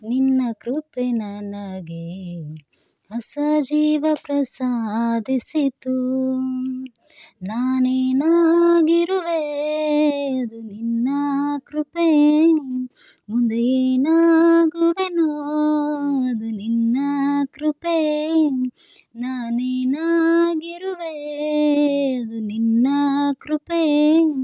ನಿನ್ನ ಕೃಪೆ ನನಗೆ ಹೊಸ ಜೀವ ಪ್ರಸಾದಿಸಿತು ನಾನೇನಾಗಿರುವೆ ಅದು ನಿನ್ನ ಕೃಪೆಯೇ ಮುಂದೆ ಏನಾಗುವೆನೋ ಅದು ನಿನ್ನ ಕೃಪೆಯೇ ನಾನು ಏನಾಗಿರುವೆ ಅದು ನಿನ್ನ ಕೃಪೆಯೇ